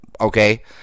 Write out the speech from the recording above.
okay